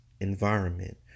environment